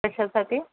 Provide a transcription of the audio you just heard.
कशासाठी